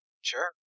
Sure